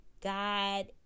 god